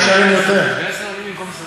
זה אמור להיות בנפרד,